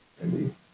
indeed